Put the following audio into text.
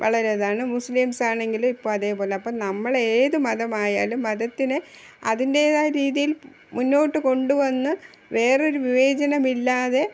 വളരെ ഇതാണ് മുസ്ലിംസാണെങ്കിൽ ഇപ്പോൾ അതേപോലെ അപ്പം നമ്മളേത് മതമായാലും മതത്തിന് അതിൻ്റേതായ രീതിയിൽ മുന്നോട്ടു കൊണ്ടുവന്ന് വേറൊരു വിവേചനമില്ലാതെ